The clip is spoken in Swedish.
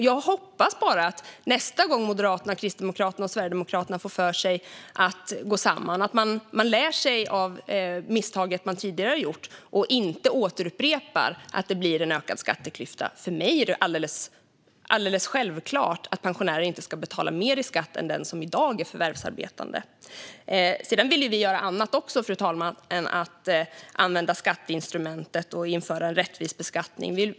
Jag hoppas att Moderaterna, Kristdemokraterna och Sverigedemokraterna nästa gång de får för sig att gå samman har lärt sig av misstaget de tidigare har gjort och inte upprepar det så att det blir en ökad skatteklyfta. För mig är det alldeles självklart att pensionärer inte ska betala mer i skatt än de som i dag är förvärvsarbetande. Vi vill också göra annat, fru talman, än att använda skatteinstrumentet och införa en rättvis beskattning.